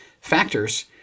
factors